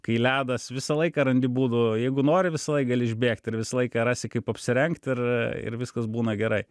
kai ledas visą laiką randi būdų jeigu nori visąlaik gali išbėgt ir visą laiką rasi kaip apsirengt ir ir viskas būna gerai